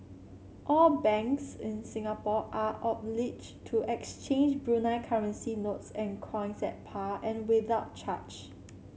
all banks in Singapore are obliged to exchange Brunei currency notes and coins at par and without charge